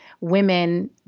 women